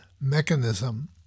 mechanism